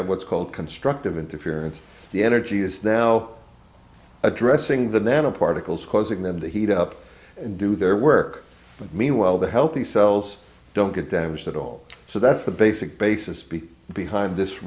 have what's called constructive interference the energy is now addressing the nano particles causing them to heat up and do their work meanwhile the healthy cells don't get damaged at all so that's the basic basis be behind this